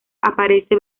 aparece